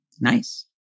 Nice